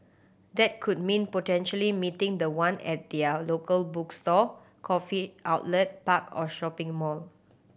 that could mean potentially meeting the one at their local bookstore coffee outlet park or shopping mall